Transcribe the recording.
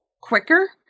quicker